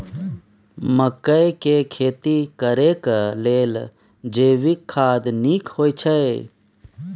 मकई के खेती करेक लेल जैविक खाद नीक होयछै?